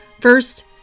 First